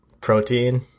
protein